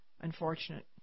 unfortunate